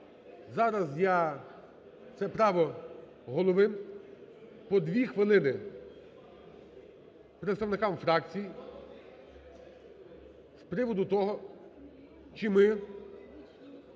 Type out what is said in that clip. зараз я – це право Голови – по 2 хвилини представникам фракцій з приводу того, чи ми…